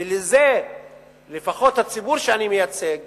ובזה לפחות הציבור שאני מייצג